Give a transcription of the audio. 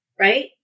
Right